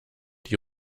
die